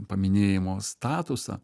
paminėjimo statusą